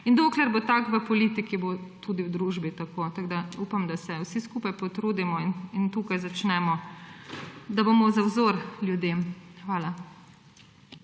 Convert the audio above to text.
Dokler bo tako v politiki, bo tudi v družbi tako, tako da upam, da se vsi skupaj potrudimo in tukaj začnemo, da bomo za vzor ljudem. Hvala.